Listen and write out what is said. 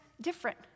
different